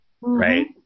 Right